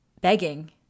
begging